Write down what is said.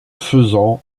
faisant